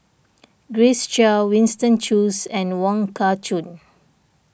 Grace Chia Winston Choos and Wong Kah Chun